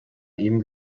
eben